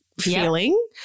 feeling